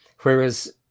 Whereas